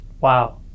Wow